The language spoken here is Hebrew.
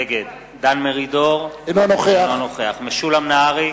נגד דן מרידור, אינו נוכח משולם נהרי,